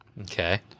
Okay